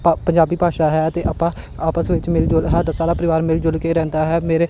ਪਾ ਪੰਜਾਬੀ ਭਾਸ਼ਾ ਹੈ ਅਤੇ ਆਪਾਂ ਆਪਸ ਵਿੱਚ ਮਿਲ ਜੁਲ ਸਾਡਾ ਸਾਰਾ ਪਰਿਵਾਰ ਮਿਲ ਜੁਲ ਕੇ ਰਹਿੰਦਾ ਹੈ ਮੇਰੇ